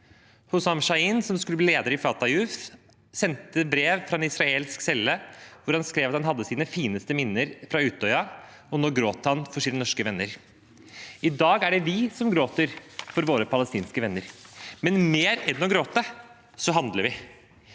Hussam Shaheen, som skulle bli leder i Fatah Youth, sendte brev fra en israelsk celle hvor han skrev at han hadde sine fineste minner fra Utøya, og nå gråt han for sine norske venner. I dag er det vi som gråter for våre palestinske venner, men mer enn å gråte så handler vi.